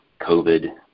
COVID –